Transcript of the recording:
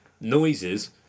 noises